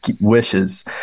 wishes